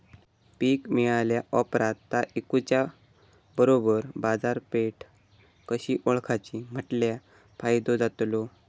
पीक मिळाल्या ऑप्रात ता इकुच्या बरोबर बाजारपेठ कशी ओळखाची म्हटल्या फायदो जातलो?